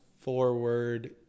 forward